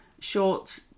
short